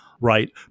Right